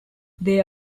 they